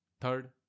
Third